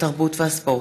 התרבות והספורט,